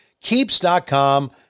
Keeps.com